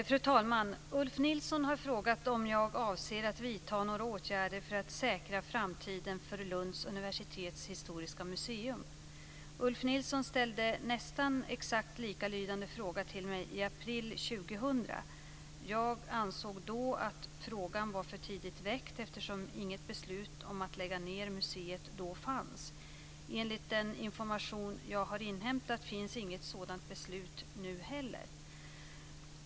Fru talman! Ulf Nilsson har frågat om jag avser att vidta några åtgärder för att säkra framtiden för Ulf Nilsson ställde nästan exakt likalydande fråga till mig i april 2000. Jag ansåg då att frågan var för tidigt väckt, eftersom inget beslut om att lägga ned museet då fanns. Enligt den information jag har inhämtat finns inget sådant beslut nu heller.